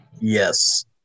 Yes